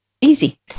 Easy